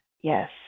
Yes